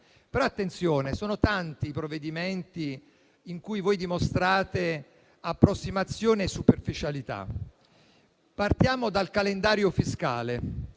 Attenzione, sono tanti i provvedimenti in cui dimostrate approssimazione e superficialità. Partiamo dal calendario fiscale: